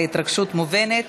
ההתרגשות מובנת.